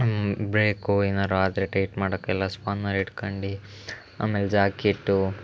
break ಏನಾದ್ರು ಆದರೆ tight ಮಾಡೋಕೆಲ್ಲ ಸ್ಪಾನರ್ ಇಟ್ಕಂಡು ಆಮೇಲೆ ಜಾಕೆಟ್ಟು